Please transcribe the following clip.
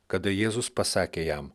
kada jėzus pasakė jam